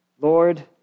Lord